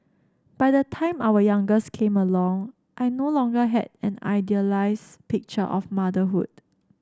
by the time our youngest came along I no longer had an idealised picture of motherhood